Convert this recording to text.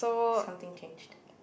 something changed